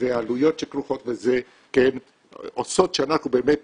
והעלויות שכרוכות בזה עושים שאנחנו באמת